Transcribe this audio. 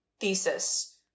thesis